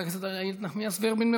חברת הכנסת איילת נחמיאס ורבין,